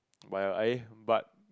but your eh but